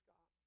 God